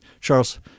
Charles